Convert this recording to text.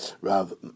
Rav